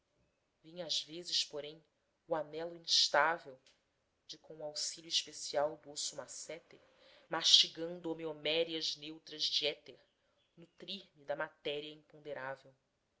vinha às vezes porém o anelo instável de com o auxílio especial do osso masséter mastigando homeomérias neutras de éter nutrir me da matéria imponderável